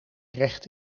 recht